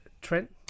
Trent